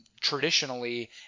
traditionally